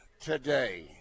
today